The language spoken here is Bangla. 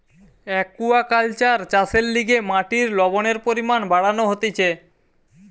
একুয়াকালচার চাষের লিগে মাটির লবণের পরিমান বাড়ানো হতিছে